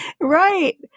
right